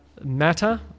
matter